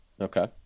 Okay